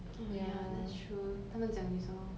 oh ya that's true 他们讲你什么